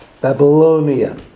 Babylonia